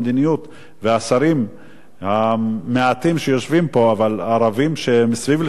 והשרים המעטים שיושבים פה אבל הרבים שהם סביב לשולחן הממשלה,